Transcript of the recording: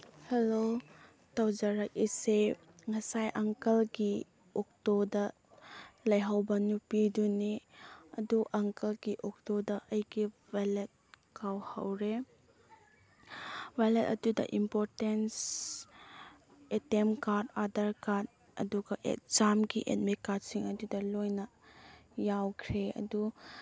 hello ꯇꯧꯖꯔꯛꯏꯁꯦ ꯉꯁꯥꯏ ꯑꯪꯀꯜꯒꯤ ꯑꯣꯛꯇꯣꯗ ꯂꯩꯍꯧꯕ ꯅꯨꯄꯤꯗꯨꯅꯤ ꯑꯗꯨ ꯑꯪꯀꯜꯒꯤ ꯑꯣꯛꯇꯣꯗ ꯑꯩꯒꯤ ꯕꯦꯂꯦꯠ ꯀꯥꯎꯍꯧꯔꯦ ꯋꯥꯂꯦꯠ ꯑꯗꯨꯗ importance A T M card Aadhaar card ꯑꯗꯨꯒ ꯑꯦꯛꯖꯥꯝꯒꯤ ꯑꯦꯗꯃꯤꯠ ꯀꯥꯔꯗꯁꯤꯡ ꯑꯗꯨꯗ ꯂꯣꯏꯅ ꯌꯥꯎꯈ꯭ꯔꯦ ꯑꯗꯨ